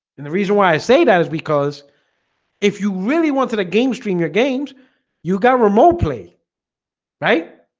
and the reason why i say that is because if you really wanted a game stream your games you got remotely right